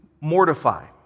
mortify